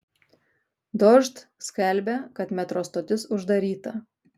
dožd skelbia kad metro stotis uždaryta